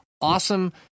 awesome